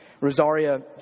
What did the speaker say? Rosaria